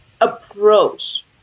approach